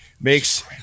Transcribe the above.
makes